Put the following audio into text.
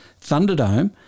Thunderdome